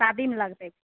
शादीमे लगतै